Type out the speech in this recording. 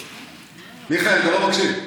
מיכאל, אתה לא מקשיב.